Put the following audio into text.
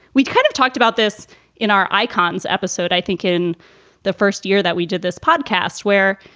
we kind of talked about this in our icons episode. i think in the first year that we did this podcast where,